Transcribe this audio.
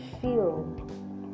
feel